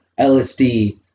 LSD